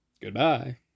Goodbye